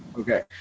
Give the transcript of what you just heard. Okay